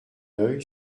œil